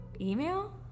email